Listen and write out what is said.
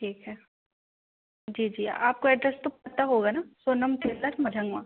ठीक है जी जी आपको एड्रेस तो पता होगा न सोनम टेलर्स मझउआँ